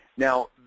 Now